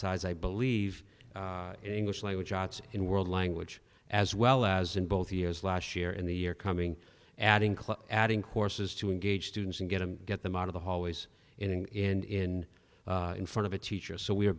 size i believe in english language arts in world language as well as in both years last year and the year coming adding class adding courses to engage students and get them get them out of the hallways in in front of a teacher so we are